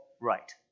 right